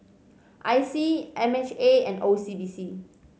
I C M H A and O C B C